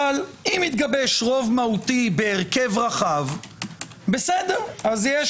אבל אם יתגבש רוב משמעותי בהרכב רחב זה בסדר, לא.